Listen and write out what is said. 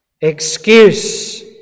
Excuse